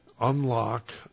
unlock